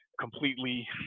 completely